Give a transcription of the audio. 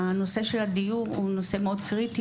הנושא של הדיור הוא קריטי.